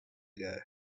ago